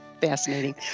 Fascinating